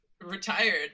retired